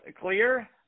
clear